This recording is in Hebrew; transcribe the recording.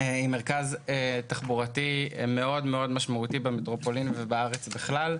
היא מרכז תחבורתי משמעותי מאוד במטרופולין ובארץ בכלל.